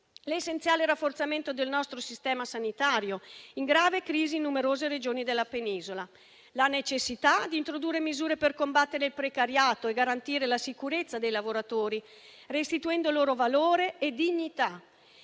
all'essenziale rafforzamento del nostro sistema sanitario, in grave crisi in numerose Regioni della Penisola; alla necessità di introdurre misure per combattere il precariato e garantire la sicurezza dei lavoratori, restituendo loro valore e dignità;